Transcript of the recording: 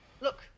Look